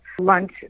lunch